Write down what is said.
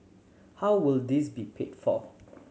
how will this be paid for